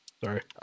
Sorry